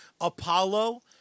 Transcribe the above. apollo